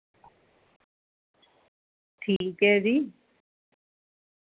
ठीक ऐ जी